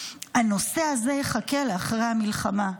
"הנושא הזה יחכה לאחרי המלחמה.